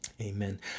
Amen